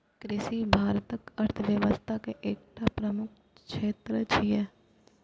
कृषि भारतक अर्थव्यवस्था के एकटा प्रमुख क्षेत्र छियै